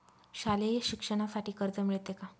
शालेय शिक्षणासाठी कर्ज मिळते का?